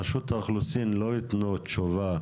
רשות האוכלוסין לא יתנו תשובה